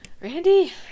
Randy